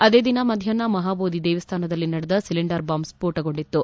ಅದೇ ದಿನ ಮಧ್ವಾಪ್ಪ ಮಹಾಬೋಧಿ ದೇವಸ್ನಾನದಲ್ಲಿ ನಡೆದ ಸಿಲಿಂಡರ್ ಬಾಂಬ್ ಸ್ಸೋಟಗೊಂಡಿತು